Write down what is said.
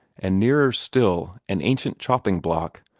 and nearer still an ancient chopping-block,